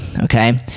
okay